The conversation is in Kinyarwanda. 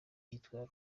yitwaye